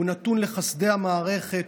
הוא נתון לחסדי המערכת,